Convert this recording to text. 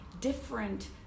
different